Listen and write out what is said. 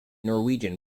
norwegian